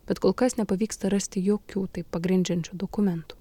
bet kol kas nepavyksta rasti jokių tai pagrindžiančių dokumentų